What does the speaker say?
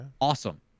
Awesome